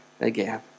again